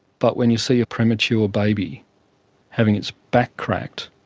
but when you see a premature baby having its back cracked,